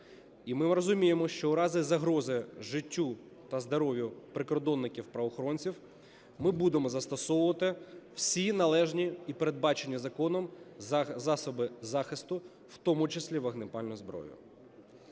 І ми розуміємо, що у разі загрози життю та здоров'ю прикордонників і правоохоронців ми будемо застосовувати всі належні і передбачені законом засоби захисту, в тому числі вогнепальну зброю.